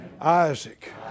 Isaac